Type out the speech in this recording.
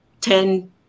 ten